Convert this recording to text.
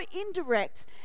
indirect